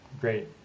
great